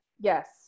Yes